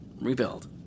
rebuild